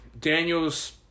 Daniels